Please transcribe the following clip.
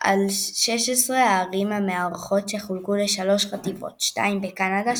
על 16 הערים המארחות שחולקו לשלוש חטיבות 2 בקנדה,